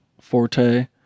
forte